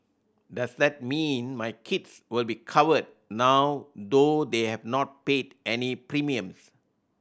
does that mean my kids will be covered now though they have not paid any premiums